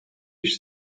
ich